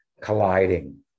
colliding